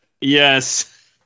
Yes